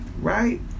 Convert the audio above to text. right